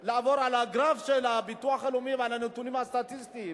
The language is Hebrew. על הגרף של הביטוח הלאומי ועל הנתונים הסטטיסטיים,